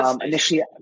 initially